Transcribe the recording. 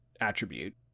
attribute